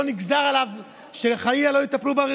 לא נגזר עליו שחלילה לא יטפלו בו,